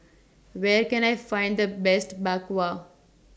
Where Can I Find The Best Bak Kwa